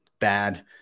bad